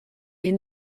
est